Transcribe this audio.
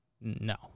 No